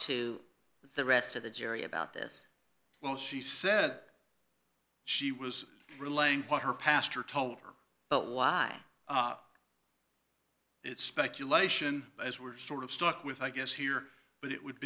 to the rest of the jury about this well she said she was relaying what her pastor told her but why it's speculation as we're sort of stuck with i guess here but it would